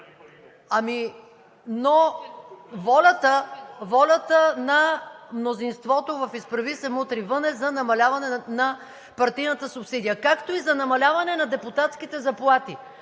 парите?“) Волята на мнозинството в „Изправи се! Мутри вън!“ е за намаляване на партийната субсидия, както и за намаляване на депутатските заплати.